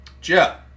Jeff